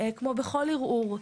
כמו בכל ערעור,